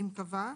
אם קבע,